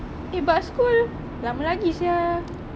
eh but school lama lagi sia